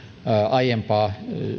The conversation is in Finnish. aiempaa